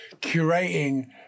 curating